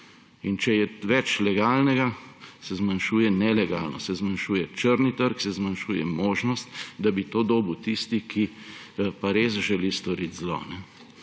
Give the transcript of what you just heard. Če je več legalnega, se zmanjšuje nelegalno, se zmanjšuje črni trg, se zmanjšuje možnost, da bi to dobil tisti, ki pa res želi storiti zlo.